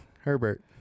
Herbert